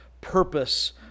purpose